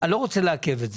אני לא רוצה לעכב את זה.